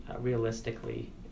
realistically